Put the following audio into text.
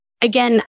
again